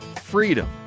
freedom